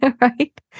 right